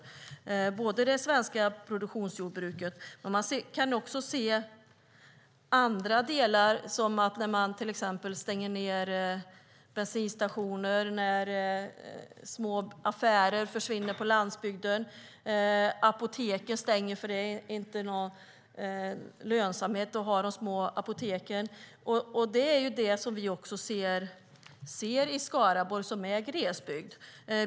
Det handlar om det svenska produktionsjordbruket men även om andra delar, till exempel att bensinstationer och små affärer på landsbygden stängs. Även apoteken stänger eftersom det inte är lönsamt med små apotek. Detta ser vi också i Skaraborg som är glesbygd.